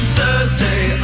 Thursday